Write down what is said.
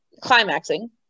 climaxing